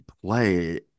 play